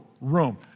room